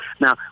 Now